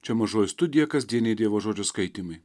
čia mažoji studija kasdieniai dievo žodžio skaitymai